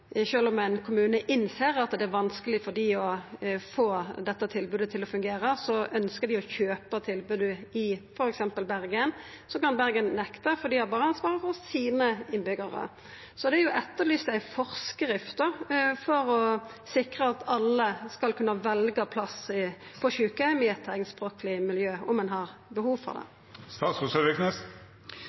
det er vanskeleg for dei å få dette tilbodet til å fungera og ønskjer å kjøpa tilbodet i f.eks. Bergen, kan Bergen nekta fordi dei berre har ansvaret for sine innbyggjarar. Det er etterlyst ei forskrift for å sikra at alle skal kunna velja plass på sjukeheim i eit teiknspråkleg miljø, om ein har behov for